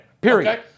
Period